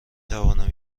توانم